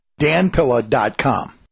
danpilla.com